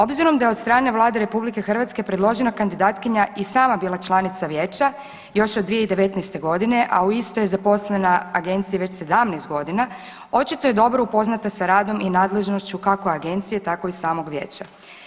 Obzirom da je od strane Vlade RH predložena kandidatkinja i sama bila članica vijeća još od 2019.g., a u istoj je zaposlena agenciji već 17.g. očito je dobro upoznata sa radom i nadležnošću kako agencije, tako i samog vijeća.